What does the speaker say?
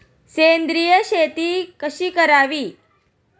सेंद्रिय शेती कशी करावी?